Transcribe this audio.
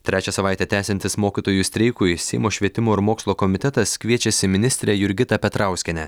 trečią savaitę tęsiantis mokytojų streikui seimo švietimo ir mokslo komitetas kviečiasi ministrę jurgitą petrauskienę